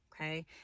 okay